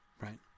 right